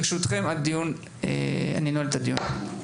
ברשותכם, אני נועל את הדיון.